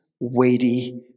weighty